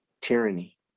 tyranny